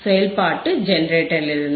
செயல்பாடு ஜெனரேட்டரிலிருந்து